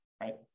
right